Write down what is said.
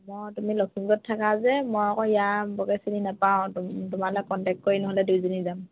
অই তুমি লখিমপুৰত থাকা যে মই আকৌ চিনি নোপাওঁ ত তোমালে কণ্টেক্ট কৰি নহ'লে দুইজনী যাম